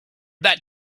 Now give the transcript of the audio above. that